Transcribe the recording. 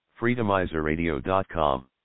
Freedomizerradio.com